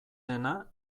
dena